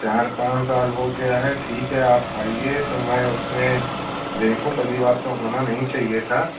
चार पाँच साल हो गया है ठीक है आप आइए तो मैं उसमें देखूँ पहली बात तो होना नहीं चाहिए था